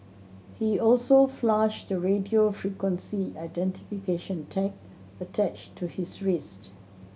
he also flushed the radio frequency identification tag attached to his wrist